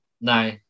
No